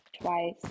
twice